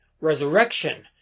resurrection